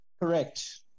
Correct